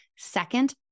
second